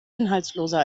inhaltsloser